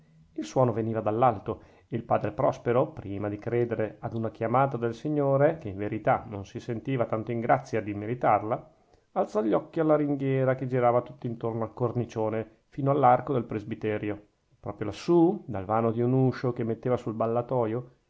il suono veniva dall'alto e il padre prospero prima di credere ad una chiamata del signore chè in verità non si sentiva tanto in grazia da meritarla alzò gli occhi alla ringhiera che girava tutt'intorno al cornicione fino all'arco del presbiterio proprio lassù dal vano di un uscio che metteva sul ballatoio